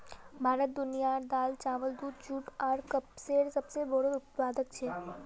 भारत दुनियार दाल, चावल, दूध, जुट आर कपसेर सबसे बोड़ो उत्पादक छे